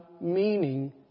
meaning